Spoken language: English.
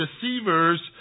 deceivers